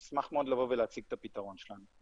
נשמח מאוד לבוא ולהציג את הפתרון שלנו.